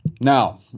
Now